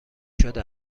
شده